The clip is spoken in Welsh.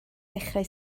dechrau